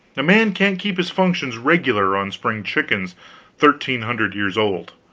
a man can't keep his functions regular on spring chickens thirteen hundred years old.